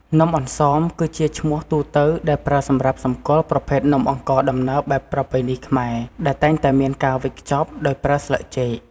នំអន្សម គឺជាឈ្មោះទូទៅដែលប្រើសម្រាប់សម្គាល់ប្រភេទនំអង្ករដំណើបបែបប្រពៃណីខ្មែរ ដែលតែងតែមានការវេចខ្ចប់ដោយប្រើស្លឹកចេក។